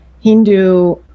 hindu